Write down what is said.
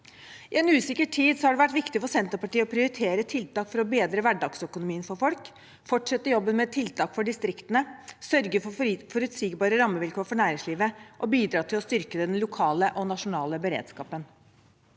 I en usikker tid har det vært viktig for Senterpartiet å prioritere tiltak for å bedre hverdagsøkonomien til folk, fortsette jobben med tiltak for distriktene, sørge for forutsigbare rammevilkår for næringslivet og bidra til å styrke den lokale og nasjonale beredskapen.